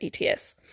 ets